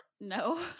No